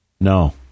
No